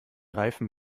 reifen